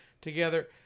together